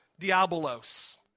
Diabolos